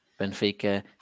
Benfica